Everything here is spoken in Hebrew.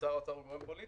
שר האוצר הוא גורם פוליטי,